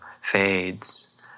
fades